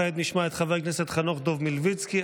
כעת נשמע את חבר הכנסת חנוך דב מלביצקי.